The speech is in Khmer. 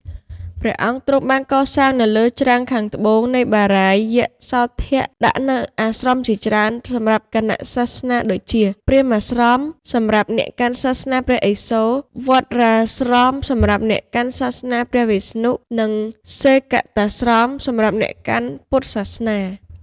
ព្រះអង្គទ្រង់បានកសាងនៅលើច្រាំងខាងត្បូងនៃ បារាយណ៍យសោធរដាក់នូវអាស្រមជាច្រើនសម្រាប់គណៈសាសនា ដូចជា ព្រាហ្មណាស្រមសម្រាប់អ្នកកាន់សាសនាព្រះឥសូរ វណ្ណរាស្រមសម្រាប់អ្នកកាន់ សាសនាព្រះវិស្ណុ និងសេគតាស្រម សម្រាប់អ្នកកាន់ពុទ្ធសាសនា ។